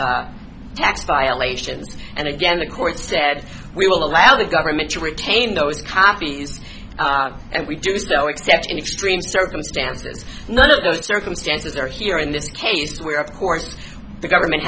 tax tax violations and again the court said we will allow the government to retain those copies and we do so except in extreme dancer's none of those circumstances are here in this case where of course the government